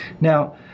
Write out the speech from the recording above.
Now